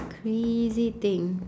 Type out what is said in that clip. crazy thing